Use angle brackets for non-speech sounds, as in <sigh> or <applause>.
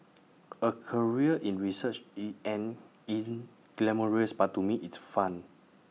A career in research <hesitation> an in glamorous but to me it's fun